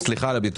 סליחה על הביטוי.